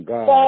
God